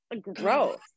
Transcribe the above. Gross